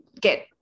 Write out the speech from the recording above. get